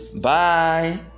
Bye